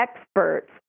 experts